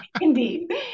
Indeed